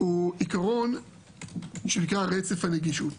הוא העיקרון שנקרא רצף הנגישות.